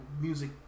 music